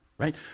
Right